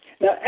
Now